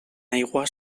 aigua